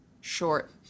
short